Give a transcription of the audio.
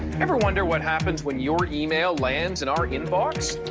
ever wonder what happens when your email lands in our in-box?